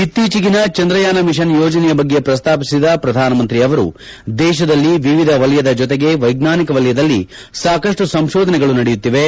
ಇತ್ತೀಚಿನ ಚಂದ್ರಯಾನ ಮಿಷನ್ ಯೋಜನೆಯ ಬಗ್ಗೆ ಪ್ರಸ್ತಾಪಿಸಿದ ಪ್ರಧಾನಮಂತ್ರಿ ಅವರು ದೇಶದಲ್ಲಿ ವಿವಿಧ ವಲಯದ ಜೊತೆಗೆ ವೈಜ್ಞಾನಿಕ ವಲಯದಲ್ಲಿ ಸಾಕಷ್ಟು ಸಂಶೋಧನೆಗಳು ನಡೆಯುತ್ತಿವೆ